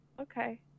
okay